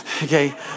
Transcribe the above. Okay